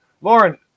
Lauren